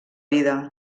vida